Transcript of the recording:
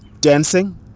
dancing